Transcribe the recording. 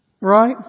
right